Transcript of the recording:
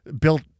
built